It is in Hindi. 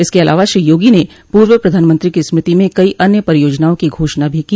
इसके अलावा श्री योगी ने पूर्व प्रधानमंत्री की स्मृति में कई अन्य परियोजनाओं की घोषणा भी की